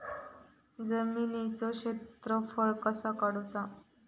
जमिनीचो क्षेत्रफळ कसा काढुचा?